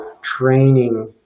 training